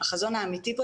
החזון האמיתי פה,